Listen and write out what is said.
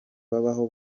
baho